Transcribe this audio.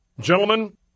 Gentlemen